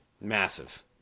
Massive